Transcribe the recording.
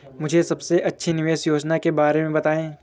मुझे सबसे अच्छी निवेश योजना के बारे में बताएँ?